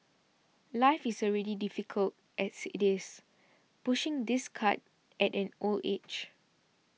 life is already difficult as it is pushing this cart at an old age